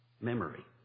memory